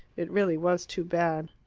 it really was too bad.